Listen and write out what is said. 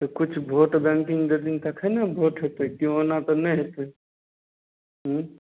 तऽ कुछ vote banking देथिन तखन ने वोट हेतय केओ ओना तऽ नहि हेतय हुँ